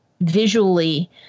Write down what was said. visually